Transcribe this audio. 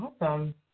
Awesome